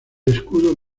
escudo